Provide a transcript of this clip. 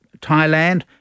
Thailand